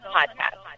Podcast